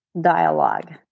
dialogue